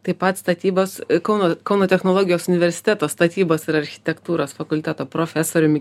taip pat statybos kauno kauno technologijos universiteto statybos ir architektūros fakulteto profesoriumi